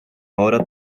obra